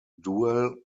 dual